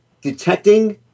detecting